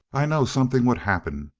i know something would happen!